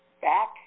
back